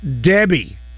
Debbie